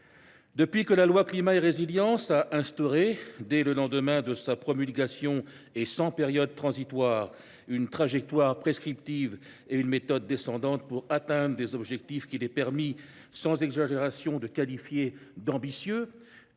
Depuis que la loi Climat et Résilience a instauré, dès le lendemain de sa promulgation et sans période transitoire, une trajectoire prescriptive et une méthode descendante pour atteindre des objectifs qu’il est permis sans exagération de qualifier d’ambitieux,